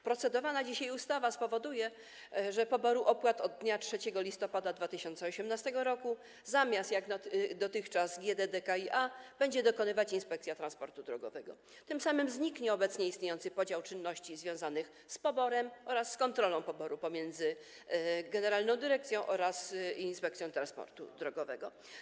Procedowana dzisiaj ustawa spowoduje, że poboru opłat od dnia 3 listopada 2018 r., zamiast jak dotychczas GDDKiA, będzie dokonywać Inspekcja Transportu Drogowego, a tym samym zniknie istniejący obecnie podział czynności związanych z poborem oraz z kontrolą poboru pomiędzy generalną dyrekcją a Inspekcją Transportu Drogowego.